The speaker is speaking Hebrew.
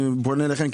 אני פונה אליכם,